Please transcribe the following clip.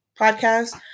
podcast